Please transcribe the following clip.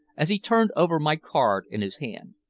as he turned over my card in his hand.